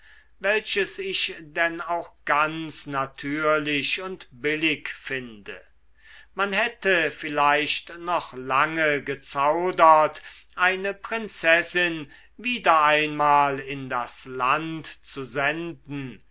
welches ich denn auch ganz natürlich und billig finde man hätte vielleicht noch lange gezaudert eine prinzessin wieder einmal in das land zu senden